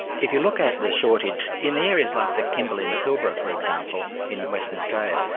if you look at the shortage in areas like the kimberley and the pilbara, for example, in western australia,